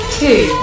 two